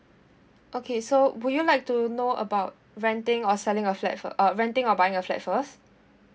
okay so would you like to know about renting or selling a flat first uh renting or buying a flat first